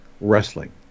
wrestling